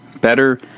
better